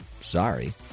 Sorry